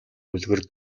үлгэр